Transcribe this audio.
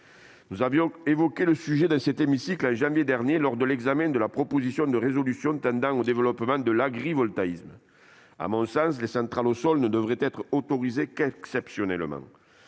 Nous avions évoqué le sujet dans cet hémicycle en janvier dernier, lors de l'examen de la proposition de résolution tendant au développement de l'agrivoltaïsme. À mon sens, les centrales au sol ne devraient être autorisées qu'exceptionnellement.